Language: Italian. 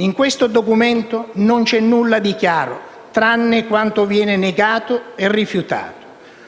In questo documento non c'è nulla di chiaro, tranne quanto viene negato e rifiutato.